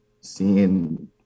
seeing